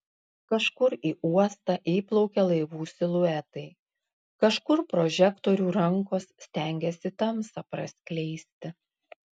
kažkur į uostą įplaukia laivų siluetai kažkur prožektorių rankos stengiasi tamsą praskleisti